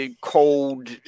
cold